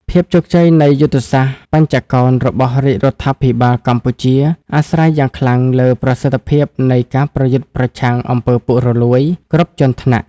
ភាពជោគជ័យនៃយុទ្ធសាស្ត្របញ្ចកោណរបស់រាជរដ្ឋាភិបាលកម្ពុជា អាស្រ័យយ៉ាងខ្លាំងលើប្រសិទ្ធភាពនៃការប្រយុទ្ធប្រឆាំង អំពើពុករលួយ គ្រប់ជាន់ថ្នាក់។